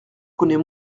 connais